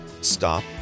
Stop